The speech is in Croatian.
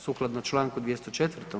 Sukladno čl. 204.